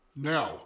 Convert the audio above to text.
Now